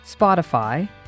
Spotify